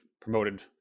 promoted